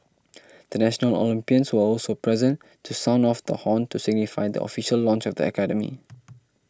the national Olympians were also present to sound off the horn to signify the official launch of the academy